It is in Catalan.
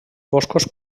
boscos